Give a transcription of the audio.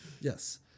Yes